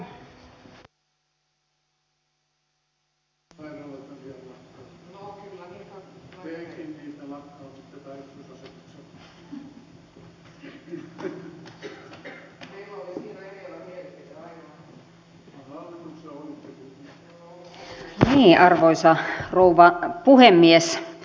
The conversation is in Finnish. arvoisa rouva puhemies